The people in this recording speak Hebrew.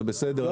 זה בסדר.